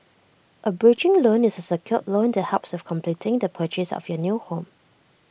A bridging loan is A secured loan that helps with completing the purchase of your new home